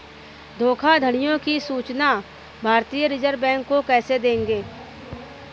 धोखाधड़ियों की सूचना भारतीय रिजर्व बैंक को कैसे देंगे?